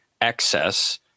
excess